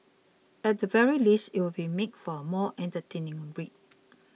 at the very least it would make for a more entertaining read